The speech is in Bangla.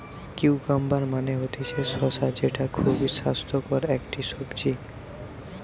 কিউকাম্বার মানে হতিছে শসা যেটা খুবই স্বাস্থ্যকর একটি সবজি